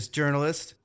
journalist